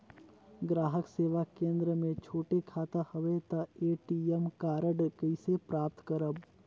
ग्राहक सेवा केंद्र मे छोटे खाता हवय त ए.टी.एम कारड कइसे प्राप्त करव?